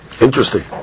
Interesting